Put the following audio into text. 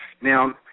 Now